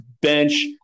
bench